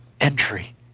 entry